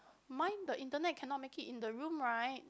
mine the internet cannot make it in the room right